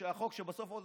שבסוף עוד